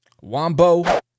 Wombo